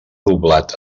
doblat